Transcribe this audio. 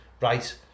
right